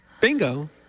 Bingo